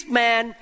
man